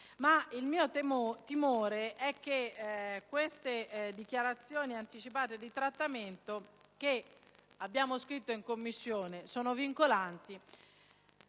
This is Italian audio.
Il mio timore è che di queste dichiarazioni anticipate di trattamento che, come abbiamo scritto in Commissione, sono vincolanti,